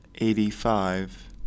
Eighty-five